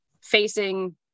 facing